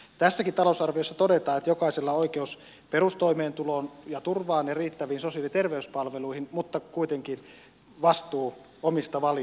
tässäkin talousarviossa todetaan että jokaisella on oikeus perustoimeentuloon ja turvaan ja riittäviin sosiaali ja terveyspalveluihin mutta kuitenkin vastuu omista valinnoista